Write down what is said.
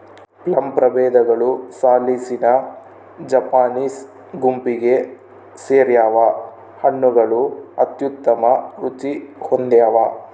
plum ಪ್ರಭೇದಗಳು salicina Japanese ಗುಂಪಿಗೆ ಸೇರ್ಯಾವ ಹಣ್ಣುಗಳು ಅತ್ಯುತ್ತಮ ರುಚಿ ಹೊಂದ್ಯಾವ